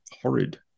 horrid